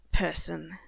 person